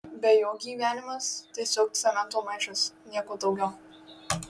be jo gyvenimas tiesiog cemento maišas nieko daugiau